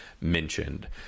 mentioned